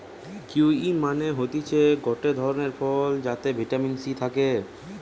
kiwi মানে হতিছে গটে ধরণের ফল যাতে ভিটামিন সি থাকে